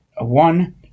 one